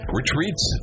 retreats